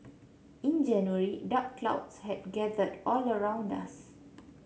in January dark clouds had gathered all around us